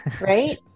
right